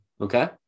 Okay